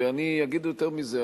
ואני אגיד יותר מזה.